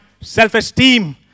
self-esteem